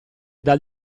dal